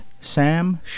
Sam